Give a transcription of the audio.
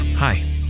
Hi